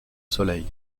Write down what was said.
soleil